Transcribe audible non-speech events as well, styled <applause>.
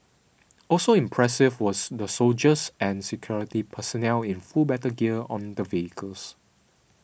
<noise> also impressive were the soldiers and security personnel in full battle gear on the vehicles